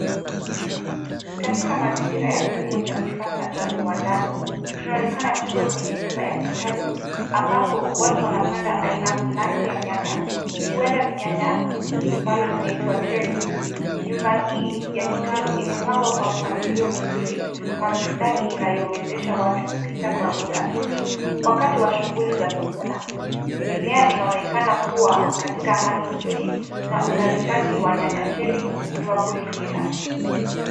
Katika mazingira ya Kilimo cha kisiasa cha viwandani, tunaonekana tuko kwenye nyumba ya Kitalu ambapo watu wanapanda aina fulani ya nyanya. Huenda ni nyanya ambalo linaitwa Cherry . Nyumba hii ya Kitalu imepangwa kwa mpangilio mzuri wa mstari inayowezesha watu kupita kwa urahisi wakati wa shughuli za kuvuna. Mimea inaonekana kuwa katika hali nzuri na uzalishaji wa nyanya Cherry ni wa kuridhisha.